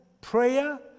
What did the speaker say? prayer